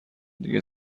دیگه